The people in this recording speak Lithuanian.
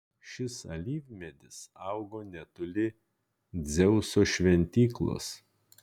šis alyvmedis augo netoli dzeuso šventyklos